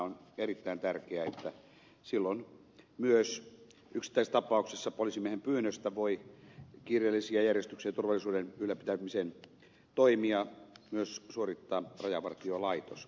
on erittäin tärkeää että silloin myös yksittäistapauksissa poliisimiehen pyynnöstä voi kiireellisiä järjestyksen ja turvallisuuden ylläpitämisen toimia myös suorittaa rajavartiolaitos